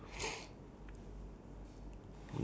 school ya studies and all